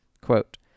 Quote